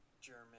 German